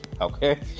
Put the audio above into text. okay